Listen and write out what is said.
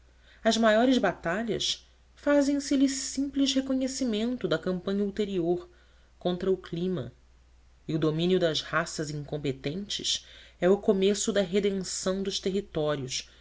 as maiores batalhas fazem se lhe simples reconhecimento da campanha ulterior contra o clima e o domínio das raças incompetentes é o começo da redenção dos territórios